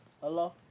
Hello